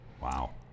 Wow